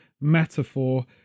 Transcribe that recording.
metaphor